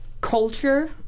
culture